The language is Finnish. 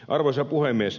arvoisa puhemies